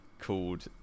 called